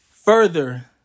further